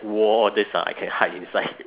war all this ah I can hide inside